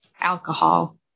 Alcohol